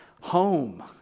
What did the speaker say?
Home